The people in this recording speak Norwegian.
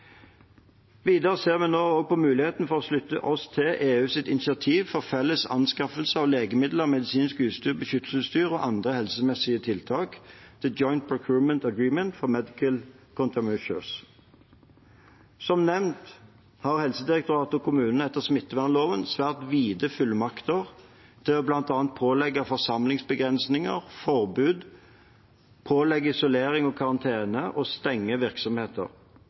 videre. Videre ser vi nå også på muligheten for å slutte oss til EUs initiativ for felles anskaffelse av legemidler, medisinsk utstyr, beskyttelsesutstyr og andre helsemessige tiltak, The Joint Procurement Agreement for medical countermeasures. Som nevnt har Helsedirektoratet og kommunene etter smittevernloven svært vide fullmakter til bl.a. å pålegge forsamlingsbegrensinger og -forbud, pålegge isolering og karantene og stenge virksomheter.